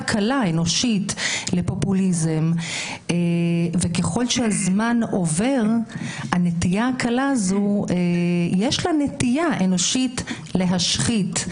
קלה אנושית לפופוליזם וככל שהזמן עובר יש לה נטייה אנושית להשחית.